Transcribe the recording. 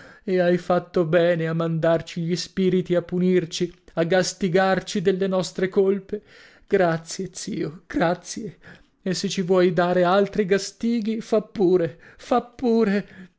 e hai fatto bene a mandarci gli spiriti a punirci a gastigarci delle nostre colpe grazie zio grazie e se ci vuoi dare altri gastighi fa pure fa pure